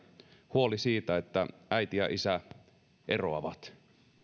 huoli siitä että äiti ja isä eroavat